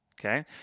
okay